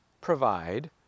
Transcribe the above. provide